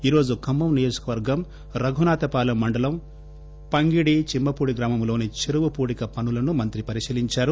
ఈ రోజు ఖమ్మం నియోజకవర్గం రఘునాధపాలెం మండలం పంగిడి చిమ్మపుడి గ్రామంలోని చెరువు పూడిక పనులను మంత్రి పరిశీలించారు